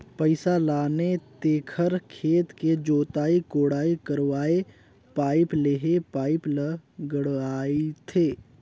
पइसा लाने तेखर खेत के जोताई कोड़ाई करवायें पाइप लेहे पाइप ल गड़ियाथे